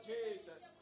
Jesus